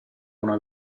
una